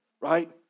right